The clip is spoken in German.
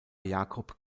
jacob